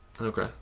Okay